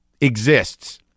exists